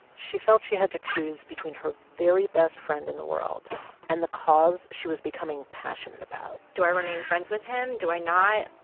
she felt she had to choose between her very best friend in the world and the cause she was becoming passionate about do i remain friends with him? do i not?